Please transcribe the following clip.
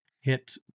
hit